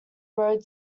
road